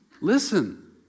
Listen